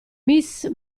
miss